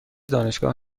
دانشگاه